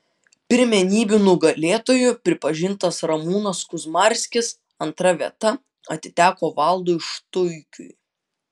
pirmenybių nugalėtoju pripažintas ramūnas kuzmarskis antra vieta atiteko valdui štuikiui